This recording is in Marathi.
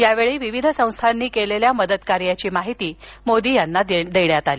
यावेळी विविध संस्थांनी केलेल्या मदतकार्याची माहिती मोदी यांना दिली